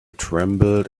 trembled